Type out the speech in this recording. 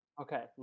Okay